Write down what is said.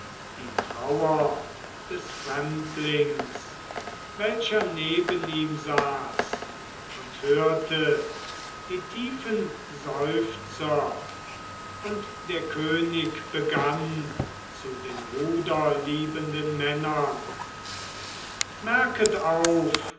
die trauer des fremdlings welcher neben ihm saß und hörte die tiefen seufzer und der könig begann zu den ruderliebenden männern merket auf